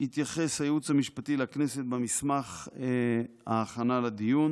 התייחס הייעוץ המשפטי לכנסת במסמך ההכנה לדיון